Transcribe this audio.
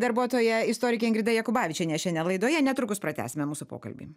darbuotoja istorikė ingrida jakubavičienė šiandien laidoje netrukus pratęsime mūsų pokalbį